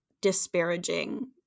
disparaging